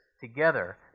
together